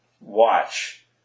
watch